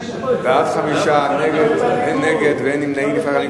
חמישה בעד, נגד, אין, נמנעים, אין.